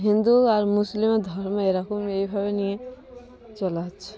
হিন্দু আর মুসলিমের ধর্ম এরকম এইভাবে নিয়ে চলে আচ্ছে